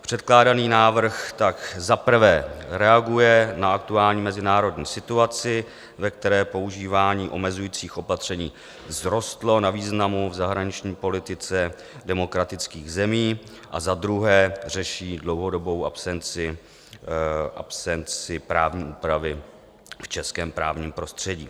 Předkládaný návrh tak za prvé reaguje na aktuální mezinárodní situaci, ve které používání omezujících opatření vzrostlo na významu v zahraniční politice demokratických zemí, za druhé řeší dlouhodobou absenci právní úpravy v českém právním prostředí.